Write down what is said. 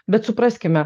bet supraskime